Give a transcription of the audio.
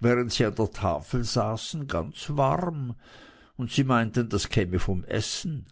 während sie an der tafel saßen ganz warm und sie meinten das käme vom essen